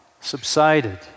subsided